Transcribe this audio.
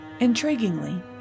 Intriguingly